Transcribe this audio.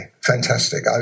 Fantastic